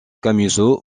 camusot